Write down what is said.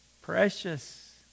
Precious